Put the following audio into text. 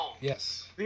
Yes